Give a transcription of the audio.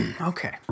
Okay